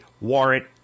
warrant